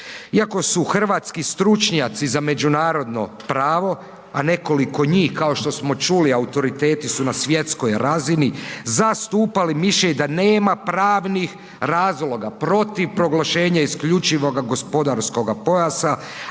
Iako su hrvatski stručnjaci za međunarodno pravo, a nekoliko njih kao što smo čuli, autoriteti su na svjetskoj razini zastupali mišljenje da nema pravnih razloga protiv proglašenja isključivoga gospodarskoga pojasa,